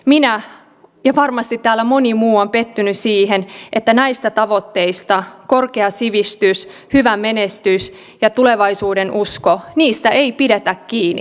minä ja varmasti täällä moni muu on pettynyt siihen että näistä tavoitteista eli korkeasta sivistyksestä hyvästä menestyksestä ja tulevaisuudenuskosta ei pidetä kiinni